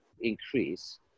increase